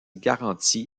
garanti